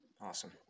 awesome